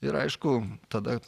ir aišku tada